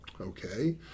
Okay